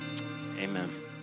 Amen